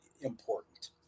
important